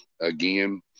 again